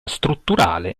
strutturale